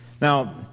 Now